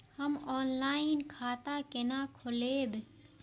हम ऑनलाइन खाता केना खोलैब?